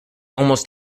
almost